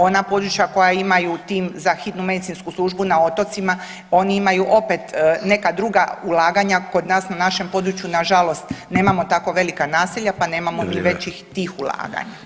Ona područja koja imaju tim za hitnu medicinsku službu na otocima oni imaju opet neka druga ulaganja kod nas na našem području nažalost nemamo tako velika naselja pa nemamo ni većih [[Upadica: Vrijeme.]] tih ulaganja.